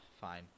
Fine